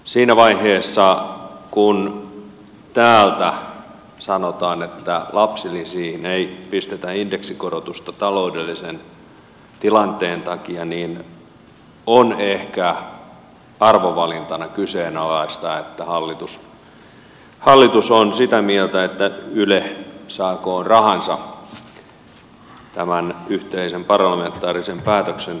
siinä vaiheessa kun täältä sanotaan että lapsilisiin ei pistetä indeksikorotusta taloudellisen tilanteen takia on ehkä arvovalintana kyseenalaista että hallitus on sitä mieltä että yle saakoon rahansa tämän yhteisen parlamentaarisen päätöksen perusteella